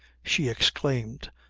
she exclaimed,